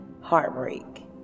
heartbreak